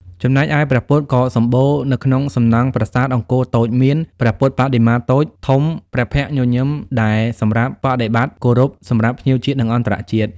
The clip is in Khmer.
ចំណែកឯព្រះពុទ្ធក៏សំបូរនៅក្នុងសំណង់ប្រាសាទអង្គរតូចមាន ព្រះពុទ្ធបដិមាតូចធំព្រះភ័ក្ត្រញញឹមដែលសម្រាប់បដិប័ត្រគោរពសម្រាប់ភ្ញៀវជាតិនិងអន្តរជាតិ់។